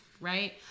right